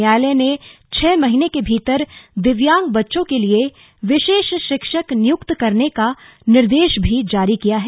न्यायालय ने छह महीने के भीतर दिव्यांग बच्चों के लिए विशेष शिक्षक नियुक्त करने का निर्देश भी जारी किया है